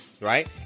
right